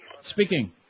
Speaking